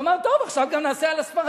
הוא אמר: טוב, עכשיו גם נעשה על הספרדים.